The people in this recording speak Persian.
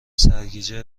سرگیجه